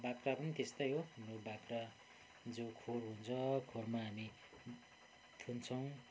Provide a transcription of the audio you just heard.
बाख्रा पनि त्यस्तै हो बाख्रा जो खोर हुन्छ खोरमा हामी थुन्छौँ